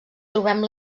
trobem